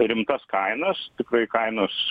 rimtas kainas tikrai kainos